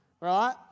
right